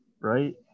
right